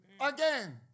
Again